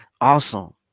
awesome